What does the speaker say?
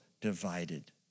divided